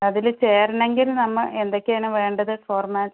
അതില് ചേരണമെങ്കിൽ നമ്മൾ എന്തൊക്കെയാണ് വേണ്ടത് ഫോർമാറ്റ്സ്